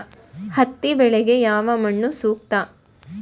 ಹತ್ತಿ ಬೆಳೆಗೆ ಯಾವ ಮಣ್ಣು ಸೂಕ್ತ?